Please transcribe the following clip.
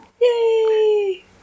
Yay